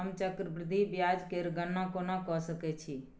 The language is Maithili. हम चक्रबृद्धि ब्याज केर गणना कोना क सकै छी